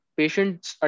patients